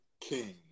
King